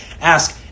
Ask